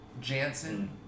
Jansen